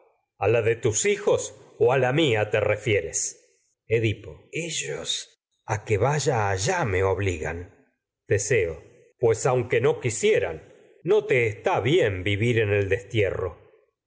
a la de tus liijos o la mía te re fieres edipo ellos pues a que vaya no allá me obligan quisieran no te está bien teseo aunque vivir en el destierro